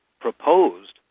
proposed